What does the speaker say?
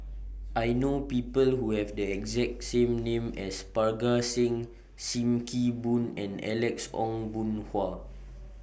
I know People Who Have The exact same name as Parga Singh SIM Kee Boon and Alex Ong Boon Hau